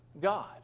God